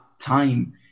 time